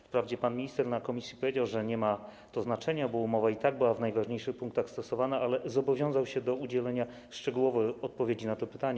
Wprawdzie pan minister w komisji powiedział, że nie ma to znaczenia, bo umowa i tak była w najważniejszych punktach stosowana, ale zobowiązał się do udzielenia szczegółowej odpowiedzi na to pytanie.